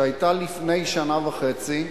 שהיתה לפני שנה וחצי,